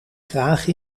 graag